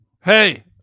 Hey